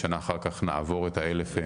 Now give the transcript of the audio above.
שנה אחר כך נעבור את ה-1,200.